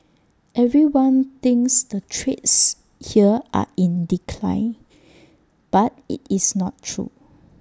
everyone thinks the trades here are in decline but IT is not true